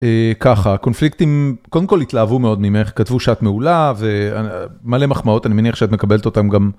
ככה: קונפליקטים... קודם כל התלהבו מאוד ממך, כתבו שאת מעולה, ומלא מחמאות, אני מניח שאת מקבלת אותם גם...